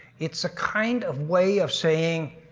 it's a kind of way of saying.